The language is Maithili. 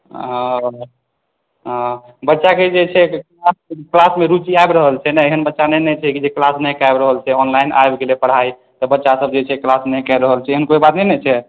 हँ बच्चाकेँ जे छै क्लासमे रुचि आबि रहल छै ने एहन बच्चा नहि ने छै जे क्लास नहि कए रहल छै ऑनलाइन आबि गेलै पढ़ाइ सभ बच्चासभ जे छै नहि क्लास कए रहल छै एहन कोइ बात नहि ने छै